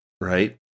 right